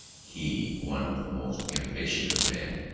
he, one of the most impatient of men,